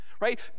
right